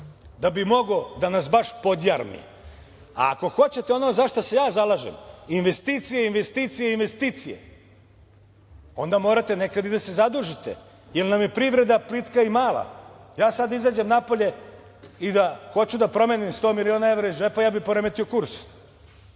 da bi mogao da nas baš podjarmi. Ako hoćete ono za šta se ja zalažem – investicije, investicije i investicije, onda morate nekad i da se zadužite, jer nam je privreda plitka i mala. Ja sad da izađem napolje i da hoću da promenim 100 miliona evra iz džepa, ja bih poremetio